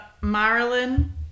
Marilyn